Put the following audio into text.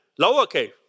Lowercase